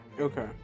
Okay